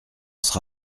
sera